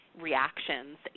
reactions